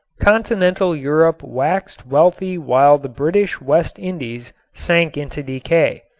continental europe waxed wealthy while the british west indies sank into decay.